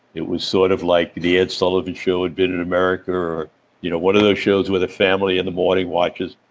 it was sort of like the ed sullivan show had been in america, or you know one of those shows where the family, in the morning, watches.